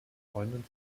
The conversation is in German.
freundin